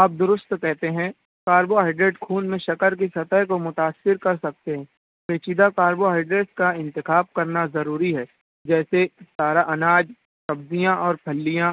آپ درست کہتے ہیں کاربوہائڈریٹ خون میں شکر کی سطح کو متاثر کر سکتے ہیں پیچیدہ کاربوہائڈریٹ کا انتخاب کرنا ضروری ہے جیسے سارا اناج سبزیاں اور پھلیاں